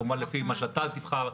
כמובן לפי מה שאתה תבחר,